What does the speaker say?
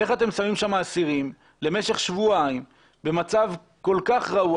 איך אתם שמים שם אסירים למשך שבועיים במצב כל כך רעוע